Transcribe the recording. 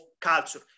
culture